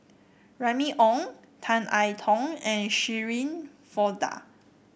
Remy Ong Tan I Tong and Shirin Fozdar